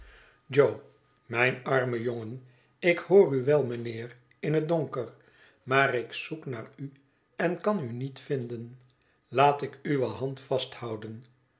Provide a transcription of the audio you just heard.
jo mijn arme jongen ik hoor u wel mijnheer in het donker maar ik zoek naar u en kan u niet vinden laat ik uwe hand vasthouden